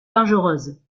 dangereuse